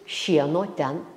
šieno ten